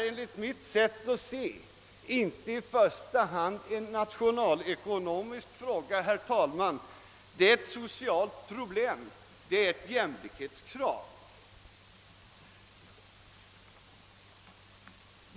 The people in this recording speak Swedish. Enligt mitt sätt att se är detta, herr talman, i första hand inte en nationalekonomisk fråga utan ett socialt problem, ett jämlikhetskrav.